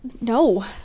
No